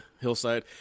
hillside